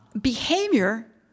behavior